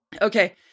Okay